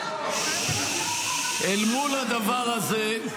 אל מול הדבר הזה,